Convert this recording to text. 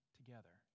together